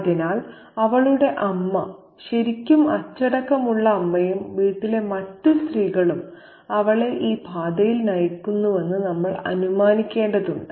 അതിനാൽ അവളുടെ അമ്മ ശരിക്കും അച്ചടക്കമുള്ള അമ്മയും വീട്ടിലെ മറ്റ് സ്ത്രീകളും അവളെ ഈ പാതയിൽ നയിക്കുന്നുവെന്ന് നമ്മൾ അനുമാനിക്കേണ്ടതുണ്ട്